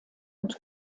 und